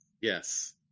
Yes